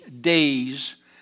days